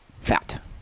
fat